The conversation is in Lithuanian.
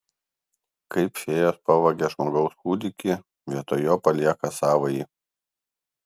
kai fėjos pavagia žmogaus kūdikį vietoj jo palieka savąjį